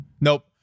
Nope